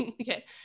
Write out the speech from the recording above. Okay